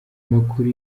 amakuru